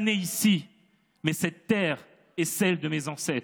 ne ici mais cette Terre est celle mes ancetres.